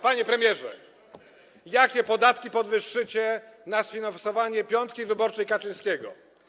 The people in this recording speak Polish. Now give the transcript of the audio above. Panie premierze, jakie podatki podwyższycie w celu sfinansowania piątki wyborczej Kaczyńskiego?